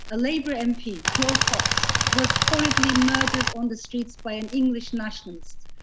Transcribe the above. a labor mp, jo cox, was horribly murdered on the streets by an english nationalist.